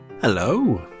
Hello